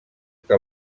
que